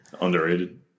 Underrated